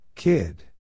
Kid